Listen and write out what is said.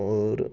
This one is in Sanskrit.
और्